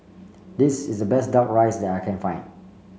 this is the best duck rice that I can find